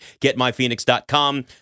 GetMyPhoenix.com